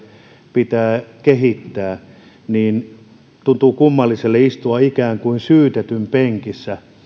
pitää kehittää tuntuu kummalliselle istua ikään kuin syytetyn penkissä